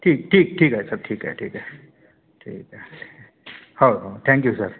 ठीक ठीक ठीक आहे सर ठीक आहे ठीक आहे हो हो थँक्यू सर